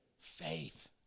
Faith